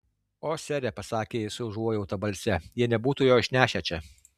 o sere pasakė ji su užuojauta balse jie nebūtų jo išnešę čia